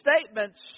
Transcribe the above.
statements